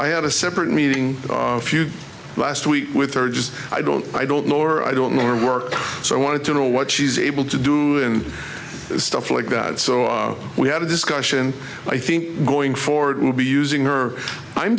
i had a separate meeting a few last week with her just i don't i don't know or i don't know or work so i wanted to know what she's able to do and stuff like that so we had a discussion i think going forward will be using her i'm